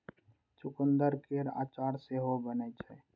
चुकंदर केर अचार सेहो बनै छै